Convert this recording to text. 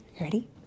Ready